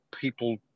people